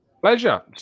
pleasure